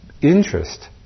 interest